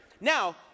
Now